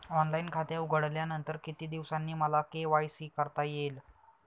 Online खाते उघडल्यानंतर किती दिवसांनी मला के.वाय.सी करता येईल?